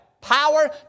power